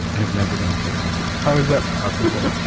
i've never done karaoke how is that possible?